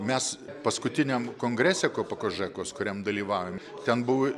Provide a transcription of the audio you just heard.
mes paskutiniam kongrese pokožekos kuriam dalyvavom ten buvo